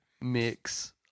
mix